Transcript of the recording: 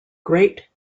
great